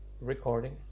recording